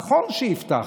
נכון שהבטחתי,